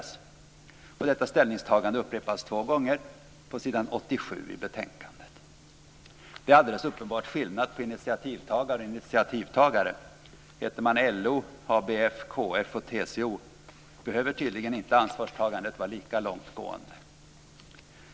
Detta ställningstagande upprepas två gånger på s. 87 i betänkandet. Det är alldeles uppenbart skillnad på initiativtagare och initiativtagare. Heter man LO, ABF, KF och TCO behöver tydligen inte ansvarstagandet vara lika långtgående.